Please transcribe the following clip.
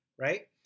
right